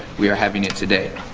we are having it today.